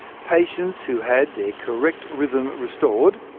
patients who had their correct rhythm restored,